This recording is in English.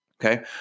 Okay